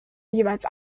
jeweils